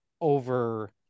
over